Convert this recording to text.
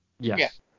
Yes